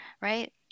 right